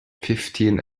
fifteen